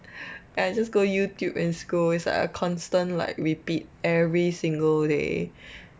I just go youtube in school is a constant like repeat every single day